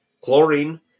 Chlorine